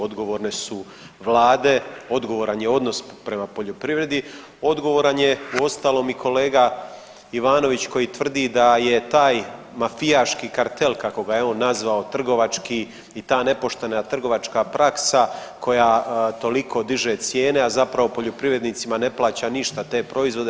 Odgovorne su Vlade, odgovoran je odnos prema poljoprivredi, odgovoran je uostalom i kolega Ivanović koji tvrdi da je taj mafijaški kartel kako ga je on nazvao trgovački i ta nepoštena trgovačka praksa koja toliko diže cijene, a zapravo poljoprivrednicima ne plaća ništa te proizvode.